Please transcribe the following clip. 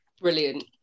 Brilliant